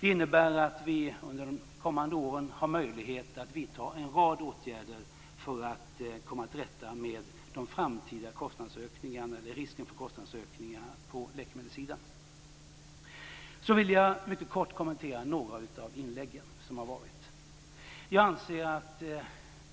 Det innebär att vi under de kommande åren har möjlighet att vidta en rad åtgärder för att komma till rätta med riskerna för framtida kostnadsökningar på läkemedelssidan. Så vill jag mycket kort kommentera några av de inlägg som har varit. Jag anser att